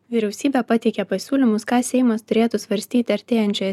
vyriausybė pateikė pasiūlymus ką seimas turėtų svarstyti artėjančioje